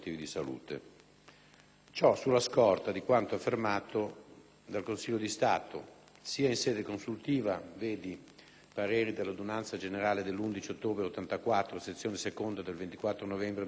Ciò sulla scorta di quanto affermato dal Consiglio di Stato, sia in sede consultiva (pareri dell'adunanza generale dell'11 ottobre 1984, sezione seconda del 24 novembre 1993,